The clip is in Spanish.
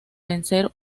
vencer